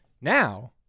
Now